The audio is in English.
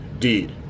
deed